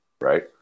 Right